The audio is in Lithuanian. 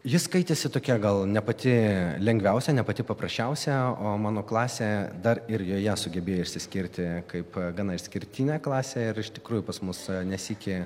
ji skaitėsi tokia gal ne pati lengviausia ne pati paprasčiausia o mano klasė dar ir joje sugebėjo išsiskirti kaip gana išskirtinė klasė ir iš tikrųjų pas mus ne sykį